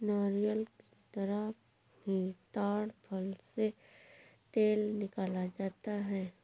नारियल की तरह ही ताङ फल से तेल निकाला जाता है